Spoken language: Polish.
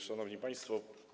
Szanowni Państwo!